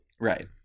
right